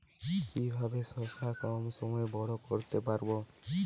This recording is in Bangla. কিভাবে শশা কম সময়ে বড় করতে পারব?